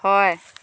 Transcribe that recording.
হয়